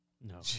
No